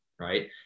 Right